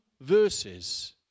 verses